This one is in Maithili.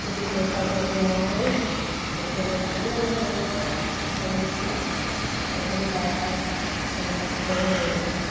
आ चूँकि पैसाके अभी अभाव अछि एहिके लेल नहि लेलहुॅं हैं लेकिन भविष्यमे एकर उपाय हैत तऽ जरुर लेब हम